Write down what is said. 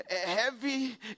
heavy